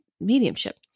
mediumship